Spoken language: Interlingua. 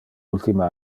ultime